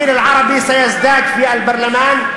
הייצוג הערבי יגדל בפרלמנט,